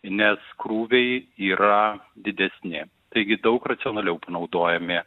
nes krūviai yra didesni taigi daug racionaliau naudojami